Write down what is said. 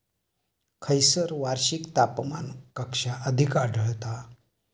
खैयसर वार्षिक तापमान कक्षा अधिक आढळता?